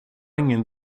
ingen